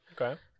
Okay